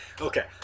Okay